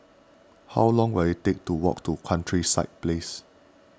how long will it take to walk to Countryside Place